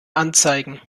anzeigen